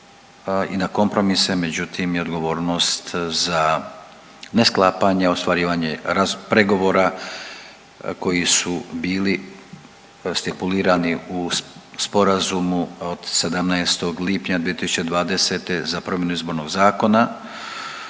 i na kompromise, međutim i odgovornost za ne sklapanje i ostvarivanje pregovora koji su bili stipulirani u sporazumu od 17. lipnja 2020. za promjenu Izbornog zakona,